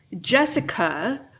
Jessica